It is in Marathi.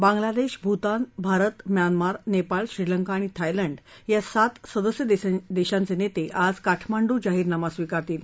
बांगलादेश भूतान भारत म्यानमार नेपाळ श्रीलंका आणि थायलंड या सात सदस्य देशांचे नेते आज काठमांडू जाहीरनामा स्वीकारतील